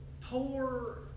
poor